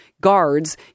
guards